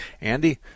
Andy